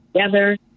together